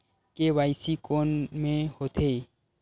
KYC कोन में होथे?